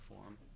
form